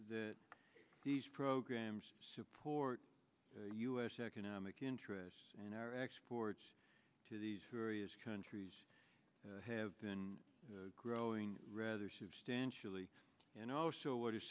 that these programs support u s economic interests and our exports to these various countries have been growing rather substantially and also what is